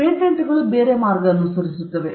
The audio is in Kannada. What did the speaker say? ಆದರೆ ಪೇಟೆಂಟ್ಗಳು ಬೇರೆಯ ಮಾರ್ಗವನ್ನು ಅನುಸರಿಸುತ್ತವೆ